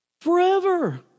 Forever